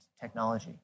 technology